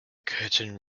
curtain